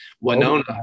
Winona